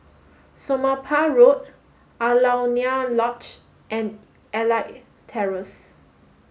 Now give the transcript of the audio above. Somapah Road Alaunia Lodge and Elite Terrace